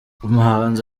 umuhanzi